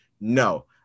No